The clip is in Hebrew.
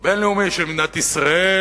בין-לאומי של מדינת ישראל,